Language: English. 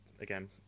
again